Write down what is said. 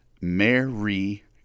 Mary